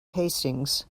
hastings